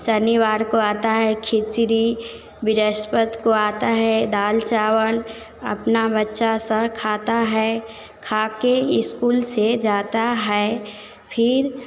शनिवार को आता है खिचड़ी बृहस्पतिवार को आता है दाल चावल अपना बच्चा सब खाता है खा कर इस्कूल से जाता है फिर